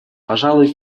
пожалуй